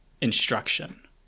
instruction